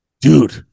Dude